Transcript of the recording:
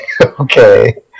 Okay